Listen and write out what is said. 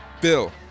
Bill